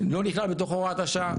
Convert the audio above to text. לא נכלל בתוך הוראת השעה.